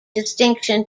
distinction